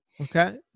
Okay